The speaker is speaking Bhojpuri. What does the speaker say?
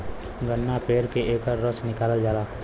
गन्ना पेर के एकर रस निकालल जाला